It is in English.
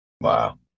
wow